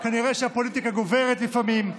כנראה שהפוליטיקה גוברת לפעמים,